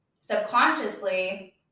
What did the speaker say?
subconsciously